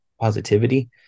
positivity